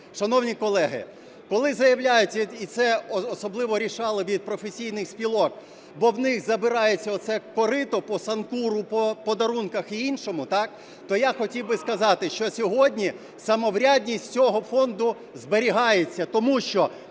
Шановні колеги, коли заявляють, і це особливо "рішали" від професійних спілок, бо у них забирається оце "корито" по санкуру, по подарункам і іншому. То я хотів би сказати, що сьогодні самоврядність цього фонду зберігається, тому що